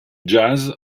jazz